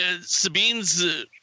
Sabine's